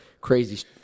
Crazy